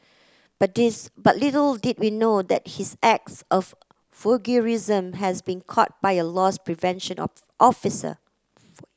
but but little did he know that his acts of voyeurism has been caught by a loss prevention officer